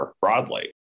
broadly